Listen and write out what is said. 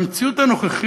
במציאות הנוכחית,